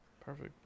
Perfect